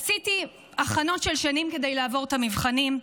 עשיתי הכנות של שנים כדי לעבור את המבחנים.